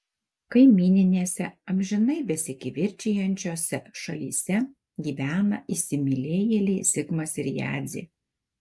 kaimyninėse amžinai besikivirčijančiose šalyse gyvena įsimylėjėliai zigmas ir jadzė